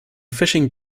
fishing